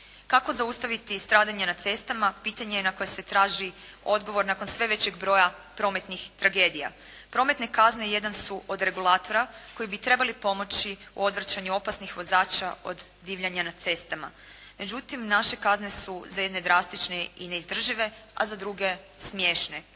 Kako zaustaviti stradanje na cestama pitanje je na koje se traži odgovor nakon sve većeg broja prometnih tragedija. Prometne kazne jedan su od regulatora koje bi trebale pomoći u odvraćanju opasnih vozača od divljanja na cestama. Međutim, naše kazne su za jedne drastične i neizdržive a za druge smiješne.